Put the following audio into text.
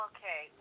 Okay